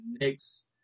next